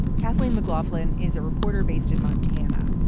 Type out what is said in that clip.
kathleen mcglaughlin is a reporter based in montana.